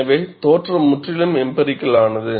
எனவே தோற்றம் முற்றிலும் எம்பிரிக்கல் ஆனது